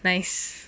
nice